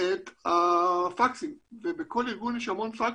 את הפקסים ובכל ארגון יש המון פקסים.